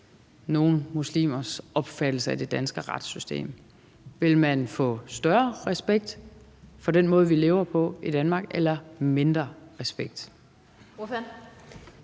nogle muslimers opfattelse af det danske retssystem? Vil man få større respekt for den måde, vi lever på i Danmark, eller mindre respekt?